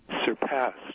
surpassed